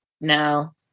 No